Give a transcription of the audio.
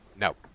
No